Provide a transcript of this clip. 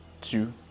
two